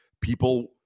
people